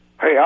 Hey